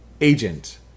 Agent